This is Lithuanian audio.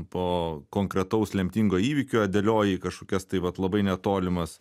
po konkretaus lemtingo įvykio dėlioji į kažkokias tai vat labai netolimas